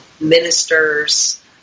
ministers